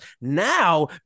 now